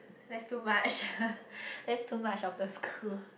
that's too much that's too much of the school